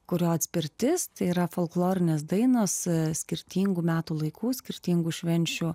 kurio atspirtis tai yra folklorinės dainos skirtingų metų laikų skirtingų švenčių